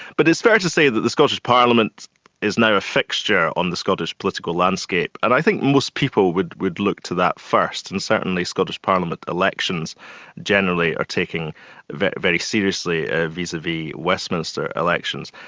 but it's fair to say that the scottish parliament is now a fixture on the scottish political landscape and i think most people would would look to that first, and certainly scottish parliament elections generally are taken very very seriously ah vis-a-vis westminster elections.